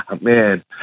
man